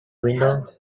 window